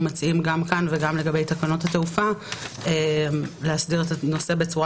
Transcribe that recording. מציעים גם כאן וגם לגבי תקנות התעופה להסדיר את הנושא בצורה